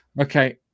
okay